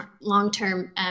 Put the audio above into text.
long-term